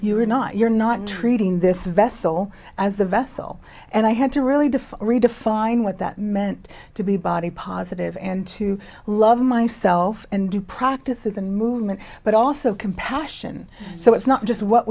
you're not you're not treating this vessel as a vessel and i had to really define redefine what that meant to be body positive and to love myself and do practices and movement but also compassion so it's not just what